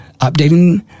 updating